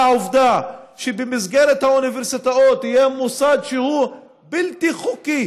העובדה שבמסגרת האוניברסיטאות יהיה מוסד שהוא בלתי חוקי